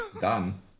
Done